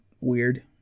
weird